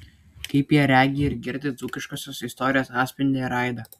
kaip jie regi ir girdi dzūkiškosios istorijos atspindį ar aidą